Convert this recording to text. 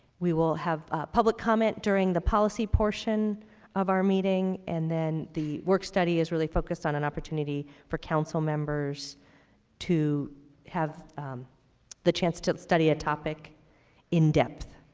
we will have public comment during the policy portion of our meeting, and then the work study is really focused on an opportunity for council members to have the chance to study a topic in depth.